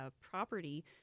property